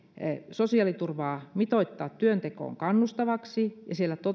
sosiaaliturvaa mitoittaa työntekoon kannustavaksi ja siellä